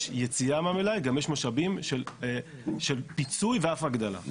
ככל שיש יציאה מהמלאי יש משאבים של פיצוי ואף הגדלה.